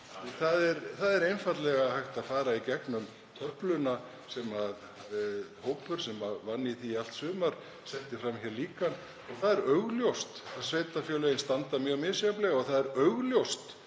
Það er einfaldlega hægt að fara í gegnum töfluna, en hópur sem var að störfum í allt sumar setti fram líkan, og það er augljóst að sveitarfélögin standa mjög misjafnlega. Það er augljóst